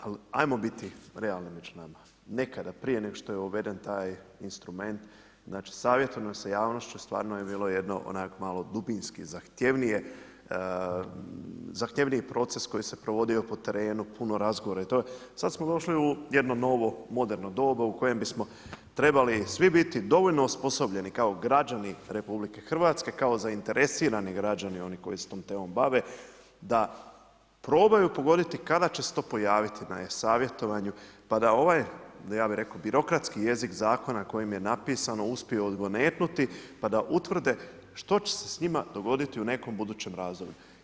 Ali ajmo biti realni među nama, nekada prije nego što je uveden taj instrument, znači ... javnošću stvarno je bilo jedno onako malo dubinski, zahtjevniji proces koji se provodio po terenu, puno razgovora i toga, sad smo došli u jedno novo moderno doba u kojem bismo trebali svi biti dovoljno osposobljeni, kao građani RH, kao zainteresirani građani oni koji se tom temom bave, da probaju pogoditi kada će se to pojaviti na e savjetovanju pa da ovaj birokratski jezik zakona kojim je napisano uspiju odgonetnuti pa da utvrde što će se s njima dogoditi u nekom budućem razdoblju.